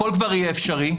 הכול כבר יהיה אפשרי.